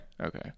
Okay